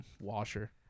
washer